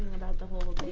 about the whole